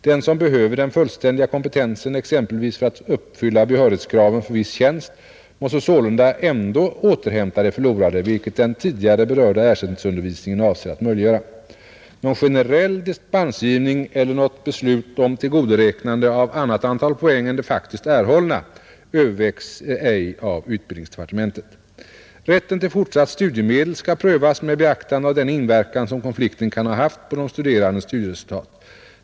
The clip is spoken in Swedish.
Den som behöver den fullständiga kompetensen, exempelvis för att uppfylla behörighetskraven för viss tjänst, måste sålunda ändå återhämta det förlorade, vilket den tidigare berörda ersättningsundervisningen avser att möjliggöra. Någon generell dispensgivning eller något beslut om tillgodoräknande av annat antal poäng än det faktiskt erhållna övervägs däremot ej av utbildningsdepartementet. Rätten till fortsatta studiemedel skall prövas med beaktande av den inverkan som konflikten kan ha haft på de studerandes studieresultat.